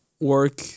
work